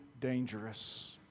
dangerous